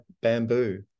bamboo